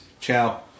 Ciao